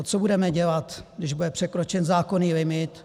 Co budeme dělat, když bude překročen zákonný limit?